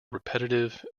repetitive